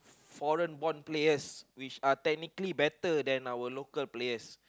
foreign born players which are technically better than our local players